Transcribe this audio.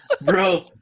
Bro